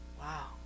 Wow